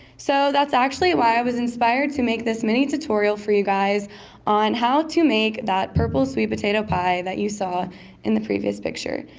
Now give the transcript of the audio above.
so that's actually why i was inspired to make this mini tutorial for you guys on how to make that purple sweet potato pie that you saw in the previous picture.